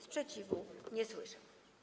Sprzeciwu nie słyszę.